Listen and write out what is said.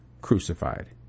crucified